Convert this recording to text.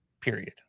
period